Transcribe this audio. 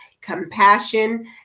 compassion